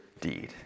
deed